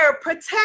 protect